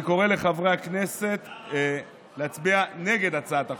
אני קורא לחברי הכנסת להצביע נגד הצעת החוק.